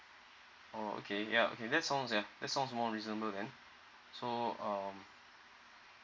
[roh] okay ya okay that sounds that sounds more reasonable then so um